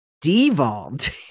devolved